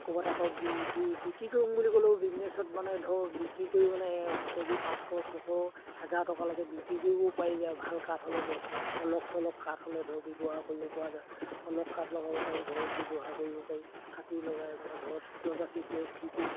ক'ৰবাত আকৌ বি বি বিক্ৰী কৰিম বুলি ক'লেও বিজনেছত মানে ধৰ বিক্ৰী কৰি মানে কেবি পাঁচশ ছশ হেজাৰ টকালৈকে বিক্ৰী কৰিবও পৰা যায় ভাল কাঠ হ'লে ধৰক শলখ চলখ কাঠ হ'লে ধৰক ব্যৱহাৰ কৰিব পৰা যায় শলখ কাঠ লগাব পাৰি ঘৰত ব্যৱহাৰ কৰিব পাৰি কাটি লগাই মানে ঘৰত দৰ্জা চিকি খিৰিকি